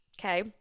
Okay